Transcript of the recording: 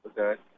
Okay